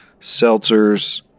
Seltzers